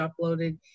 uploaded